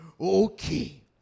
Okay